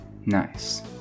Nice